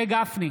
משה גפני,